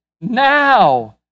now